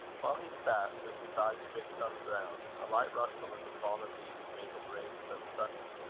while he sat with his eyes fixed on the ground, a light rustle in the fallen leaves made him raise them suddenly.